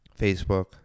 Facebook